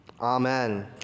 Amen